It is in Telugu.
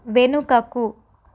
వెనుకకు